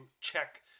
check